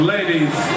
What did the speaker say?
Ladies